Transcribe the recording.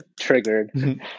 triggered